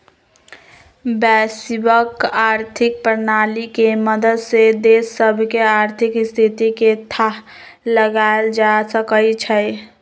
वैश्विक आर्थिक प्रणाली के मदद से देश सभके आर्थिक स्थिति के थाह लगाएल जा सकइ छै